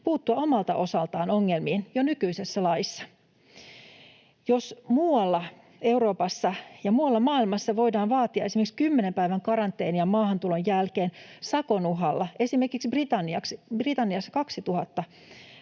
puuttua omalta osaltaan ongelmiin jo nykyisessä laissa. Jos muualla Euroopassa ja muualla maailmassa voidaan vaatia esimerkiksi kymmenen päivän karanteenia maahantulon jälkeen sakon uhalla — esimerkiksi Britanniassa 2 000